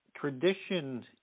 tradition